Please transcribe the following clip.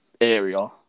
area